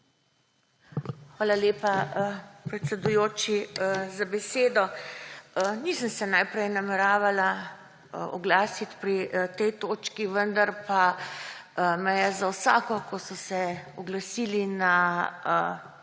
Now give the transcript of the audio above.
Hvala lepa, predsedujoči, za besedo. Nisem se najprej nameravala oglasiti pri tej točki, vendar pa me je za vsako, ko so se oglasili na levi